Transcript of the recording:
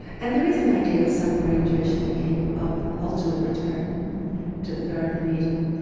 and there is an ideal somewhere in jewish thinking of ultimate return to the garden of eden,